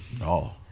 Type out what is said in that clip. No